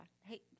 hey